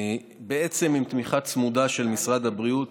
עם תמיכה צמודה של משרד הבריאות